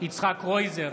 יצחק קרויזר,